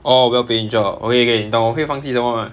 orh well paying job okay okay 你懂我会放弃什么 mah